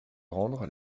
rendre